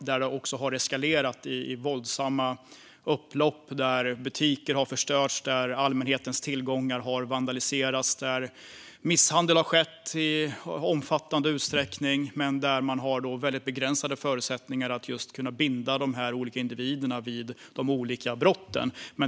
De har eskalerat i våldsamma upplopp. Butiker har förstörts, allmänhetens tillgångar har vandaliserats och misshandel har skett i omfattande utsträckning. Men man har väldigt begränsade förutsättningar att kunna binda de olika individerna vid de olika brotten.